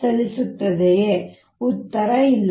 ಮತ್ತು ಉತ್ತರ ಇಲ್ಲ